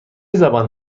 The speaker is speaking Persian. زبان